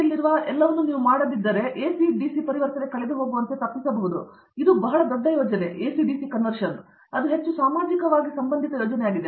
ಯಲ್ಲಿರುವ ಎಲ್ಲವನ್ನೂ ನೀವು ಮಾಡದಿದ್ದರೆ ಎಸಿ ಡಿಸಿ ಪರಿವರ್ತನೆ ಕಳೆದುಹೋಗುವಂತೆ ನೀವು ತಪ್ಪಿಸಬಹುದು ಇದು ಬಹಳ ದೊಡ್ಡ ಯೋಜನೆ ಮತ್ತು ಅದು ಹೆಚ್ಚು ಸಾಮಾಜಿಕವಾಗಿ ಸಂಬಂಧಿತ ಯೋಜನೆಯಾಗಿದೆ